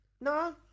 No